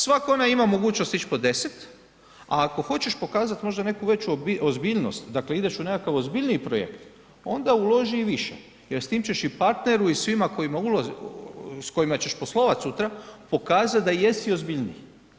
Svatko onaj ima mogućnost ići po 10,00 kn, a ako hoćeš pokazat možda neku veću ozbiljnost, dakle, ideš u nekakav ozbiljniji projekt, onda uloži i više jer s tim ćeš i partneru i svima s kojima ćeš poslovat sutra, pokazat da jesi ozbiljniji.